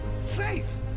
faith